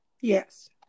yes